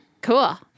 cool